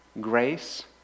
grace